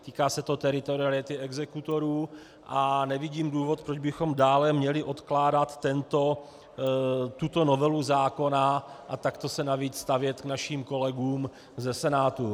Týká se to teritoriality exekutorů a nevidím důvod, proč bychom dále měli odkládat tuto novelu zákona a takto se navíc stavět k našim kolegům ze Senátu.